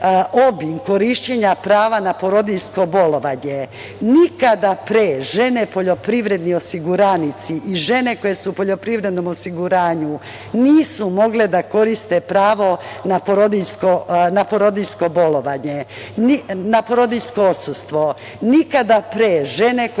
obim korišćenja prava na porodiljsko bolovanje. Nikada pre žene poljoprivredni osiguranici i žene koje su u poljoprivrednom osiguranju nisu mogle da koriste pravo na porodiljsko odsustvo. Nikada pre žene koje su angažovane na